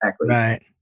Right